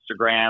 Instagram